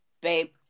babe